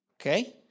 Okay